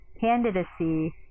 candidacy